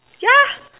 ya